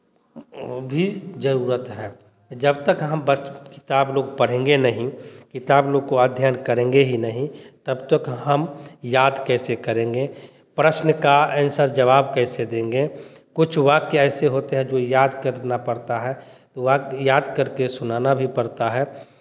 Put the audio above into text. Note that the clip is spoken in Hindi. भी ज़रूरत है जब तक हम बच किताब लोग पढेंगे नहीं किताब लोग को अध्यन करेंगे ही नहीं तब तक हम याद कैसे करेंगे प्रश्न का एंसर जवाब कैसे देंगे कुछ वाक्य ऐसे होते हैं जो याद करना पड़ता है वाक्य याद करके सुनाना भी पड़ता है